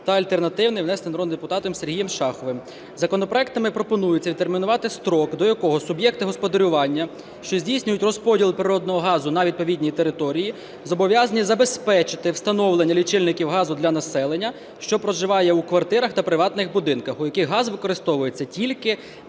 та альтернативний, внесений народним депутатом Сергієм Шаховим. Законопроектами пропонується відтермінувати строк, до якого суб'єкти господарювання, що здійснюють розподіл природного газу на відповідній території, зобов'язані забезпечити встановлення лічильників газу для населення, що проживає у квартирах та приватних будинках, у яких газ використовується тільки